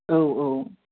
औ औ